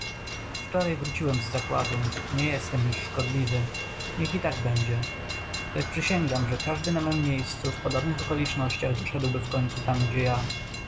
wczoraj wróciłem z zakładu nie jestem już szkodliwy niech i tak będzie lecz przysięgam że każdy na mem miejscu w podobnych okolicznościach doszedłby wkońcu tam gdzie ja